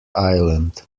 island